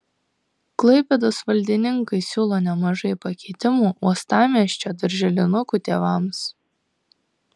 klaipėdos valdininkai siūlo nemažai pakeitimų uostamiesčio darželinukų tėvams